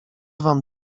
wam